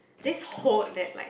this whole that like